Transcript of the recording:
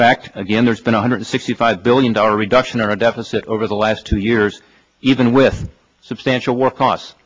fact again there's been one hundred sixty five billion dollar reduction or a deficit over the last two years even with substantial work costs